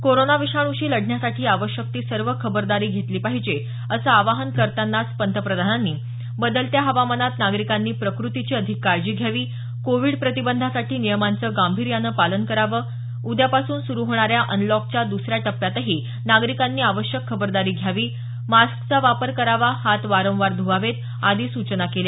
corona विषाण्शी लढण्यासाठी आवश्यक ती सर्व खबरदारी घेतली पाहिजे असं आवाहन करतानाच पंतप्रधानांनी बदलत्या हवामानात नागरिकांनी प्रकृतीची अधिक काळजी घ्यावी कोविड प्रतिबंधासाठी नियमांचं गांभीर्यानं पालन करावं उद्यापासून सुरू होणाऱ्या अनलॉकच्या दुसऱ्या टप्प्यातही नागरिकांनी आवश्यक खबरदारी घ्यावी मास्कचा वापर करावा हात वारंवार धुवावेत आदी सूचना केल्या